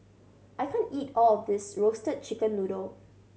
I can't eat all of this Roasted Chicken Noodle